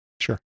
Sure